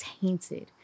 tainted